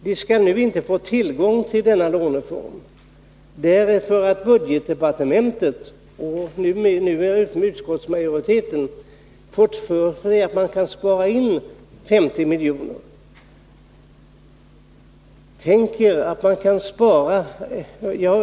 De skall nu inte få tillgång till den här låneformen, därför att budgetdepartementet, och nu även utskottsmajoriteten, har fått för sig att man kan sparaiin 50 milj.kr.